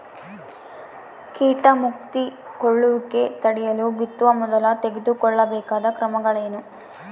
ಕೇಟ ಮುತ್ತಿಕೊಳ್ಳುವಿಕೆ ತಡೆಯಲು ಬಿತ್ತುವ ಮೊದಲು ತೆಗೆದುಕೊಳ್ಳಬೇಕಾದ ಕ್ರಮಗಳೇನು?